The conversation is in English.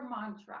mantra